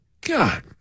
God